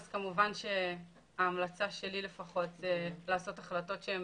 כמובן שההמלצה שלי לפחות היא לעשות החלטות שהן